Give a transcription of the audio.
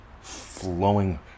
flowing